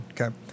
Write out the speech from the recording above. Okay